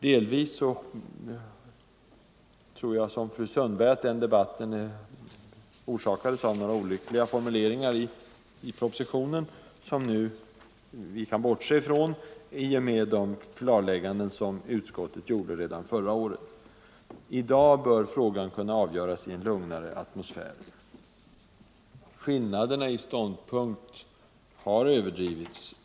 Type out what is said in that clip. Delvis tror jag som fru Sundberg, att den debatten orsakades av några olyckliga formuleringar i propositionen, som vi nu kan bortse ifrån efter de klarlägganden som utskottet gjorde redan förra året. I dag bör frågan kunna avgöras i en lugnare atmosfär. Skillnaderna i ståndpunkt har överdrivits.